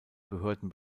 behörden